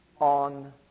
on